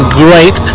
great